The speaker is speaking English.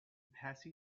passy